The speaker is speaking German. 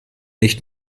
nicht